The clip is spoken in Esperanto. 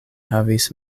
havis